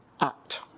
act